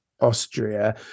Austria